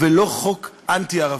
ולא חוק אנטי-ערבי.